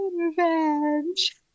Revenge